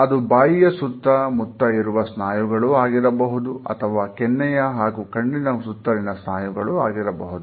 ಅದು ಬಾಯಿಯ ಸುತ್ತ ಮುತ್ತ ಇರುವ ಸ್ನಾಯುಗಳು ಆಗಿರಬಹುದು ಅಥವಾ ಕೆನ್ನೆಯ ಹಾಗೂ ಕಣ್ಣಿನ ಸುತ್ತಲಿನ ಸ್ನಾಯುಗಳು ಆಗಿರಬಹುದು